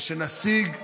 ושנשיג,